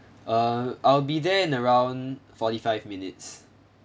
uh I'll be there in around forty five minutes